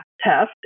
test